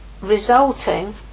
resulting